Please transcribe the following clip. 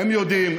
הם יודעים,